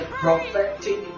prophetic